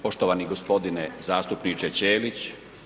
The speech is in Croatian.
Poštovani g. zastupniče Ćelić.